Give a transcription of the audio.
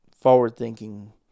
forward-thinking